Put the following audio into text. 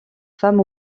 femme